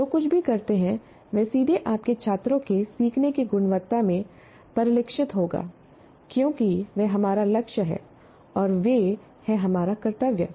आप जो कुछ भी करते हैं वह सीधे आपके छात्रों के सीखने की गुणवत्ता में परिलक्षित होगा क्योंकि वे हमारा लक्ष्य हैं और वे हैं हमारा कर्तव्य